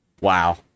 wow